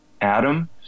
adam